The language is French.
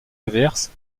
inverse